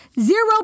Zero